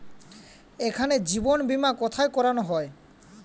এখানে জীবন বীমা কোথায় করানো হয়?